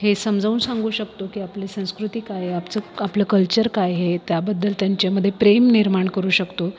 हे समजावून सांगू शकतो की आपली संस्कृती काय आहे आमचं आपलं कल्चर काय हे त्याबद्दल त्यांच्यामध्ये प्रेम निर्माण करू शकतो